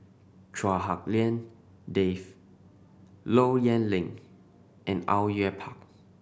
Chua Hak Lien Dave Low Yen Ling and Au Yue Pak